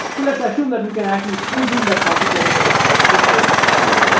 let us assume that we can actually squeeze yeah that multiplies are effects to stage.